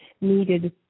needed